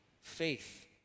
faith